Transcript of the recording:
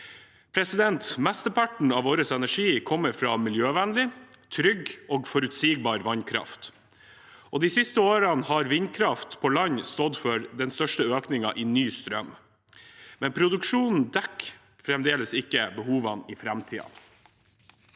omstillingen. Mesteparten av vår energi kommer fra miljøvennlig, trygg og forutsigbar vannkraft. De siste årene har vindkraft på land stått for den største økningen i ny strøm, men produksjonen dekker fremdeles ikke behovene i framtiden.